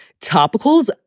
Topicals